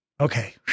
Okay